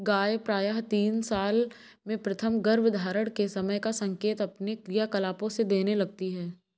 गाय प्रायः तीन साल में प्रथम गर्भधारण के समय का संकेत अपने क्रियाकलापों से देने लगती हैं